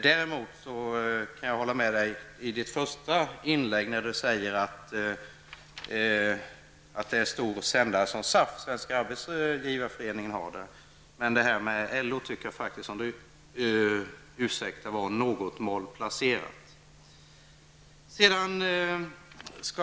Däremot kan jag hålla med Kaj Nilsson om det han sade i sitt första inlägg, att en stor sändare av program som SAF ger mycket information. Men det Kaj Nilsson säger om LO och radio Fotfolket tycker jag, om han ursäktar mig, är något malplacerat.